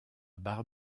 barre